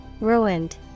Ruined